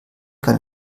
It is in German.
kann